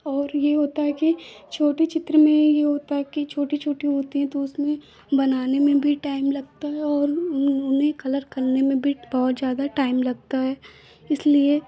और यह होता है कि छोटे चित्र में यह होता है कि छोटे छोटे होते हैं तो उसमें बनाने में भी टाइम लगता है और उनमें कलर करने में भी बहुत ज़्यादा टाइम लगता है इसलिए